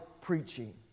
preaching